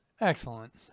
Excellent